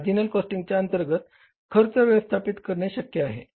marginal कॉस्टिंगच्या अंतर्गत खर्च व्यवस्थापित करणे शक्य आहे